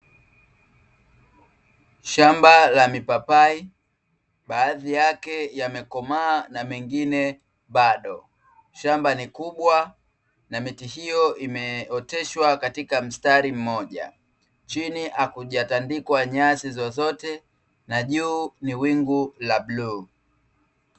Shamba la mipapai, baadhi yake yamekomaa na mengine bado. Shamba ni kubwa na miti hiyo imeoteshwa katika mstari mmoja. Chini hakujatandikwa nyasi zozote na juu ni wingu la bluu.